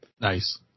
Nice